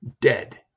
dead